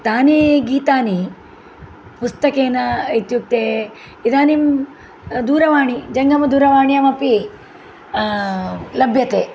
तानि गीतानि पुस्तकेन इत्युक्ते इदानीं दूरवाणी जङ्गमदूरवाण्यामपि लभ्यते